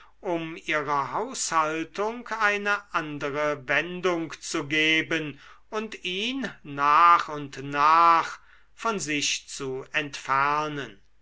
um ihrer haushaltung eine andere wendung zu geben und ihn nach und nach von sich zu entfernen